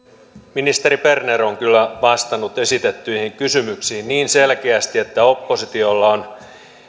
ministeri berner on kyllä vastannut esitettyihin kysymyksiin niin selkeästi että oppositiolla on